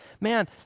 man